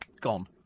gone